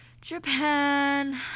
Japan